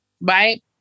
right